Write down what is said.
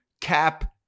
cap